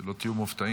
שלא תהיו מופתעים.